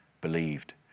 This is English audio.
believed